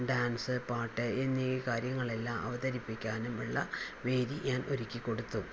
dance പാട്ട് എന്നീ കാര്യങ്ങളെല്ലാം അവതരിപ്പിക്കാനുമുള്ള വേദി ഞാൻ ഒരുക്കി കൊടുത്തു